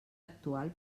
actual